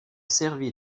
servi